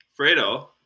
fredo